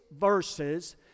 verses